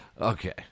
Okay